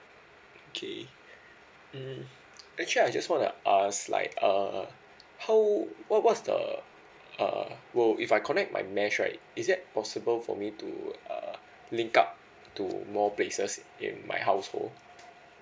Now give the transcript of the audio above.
okay mm actually I just wanna ask like err how what what's the err will if I connect my mesh right is that possible for me to uh link up to more places in my household